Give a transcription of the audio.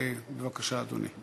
בבקשה, אדוני.